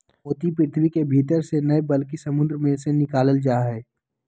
मोती पृथ्वी के भीतर से नय बल्कि समुंद मे से निकालल जा हय